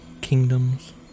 kingdoms